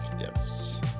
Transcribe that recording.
Yes